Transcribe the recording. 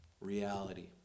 reality